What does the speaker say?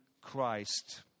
Christ